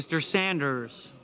mr sanders